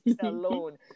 alone